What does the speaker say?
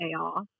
AR